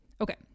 Okay